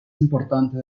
importante